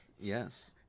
Yes